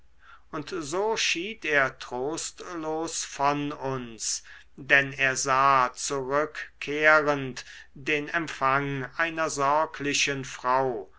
und so schied er trostlos von uns denn er sah zurückkehrend den empfang einer sorglichen frau